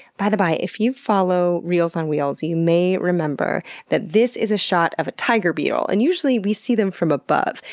by the by, if you follow at reelsonwheels you you may remember that this is a shot of a tiger beetle, and usually we see them from above,